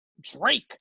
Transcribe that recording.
Drake